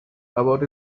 about